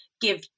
give